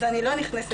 אז אני לא נכנסת לזה.